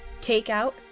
takeout